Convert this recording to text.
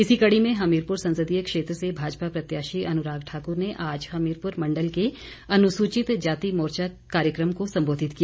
इसी कड़ी में हमीरपुर संसदीय क्षेत्र से भाजपा प्रत्याशी अनुराग ठाकुर ने आज हमीरपुर मंडल के अनुसूचित जाति मोर्चा कार्यक्रम को सम्बोधित किया